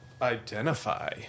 Identify